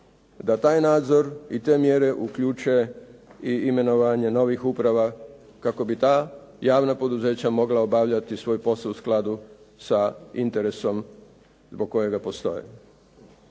da taj nadzor i te mjere uključe i imenovanje novih uprava kako bi ta javna poduzeća mogla obavljati svoj posao u skladu sa interesom zbog kojega postoje.